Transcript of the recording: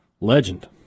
Legend